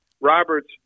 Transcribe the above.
Roberts